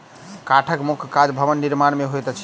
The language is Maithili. काठक मुख्य काज भवन निर्माण मे होइत अछि